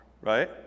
right